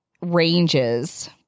ranges